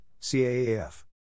CAAF